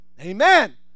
Amen